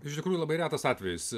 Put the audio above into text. iš tikrųjų labai retas atvejis